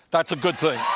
that's a good thing.